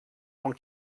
dans